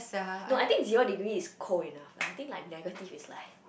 no I think zero degree is cold enough I think like negative is like